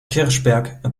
kirchberg